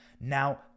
now-